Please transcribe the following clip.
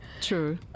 True